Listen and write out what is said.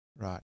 Right